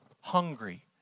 hungry